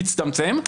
הצטמצם.